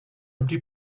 empty